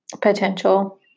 potential